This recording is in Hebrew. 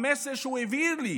המסר שהוא העביר לי,